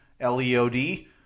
L-E-O-D